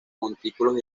montículos